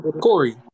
Corey